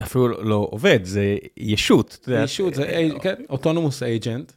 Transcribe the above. אפילו לא עובד, זה ישות, זה ישות, זה... כן, אוטונומוס אייג'נט.